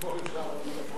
כמו שר הביטחון שלך.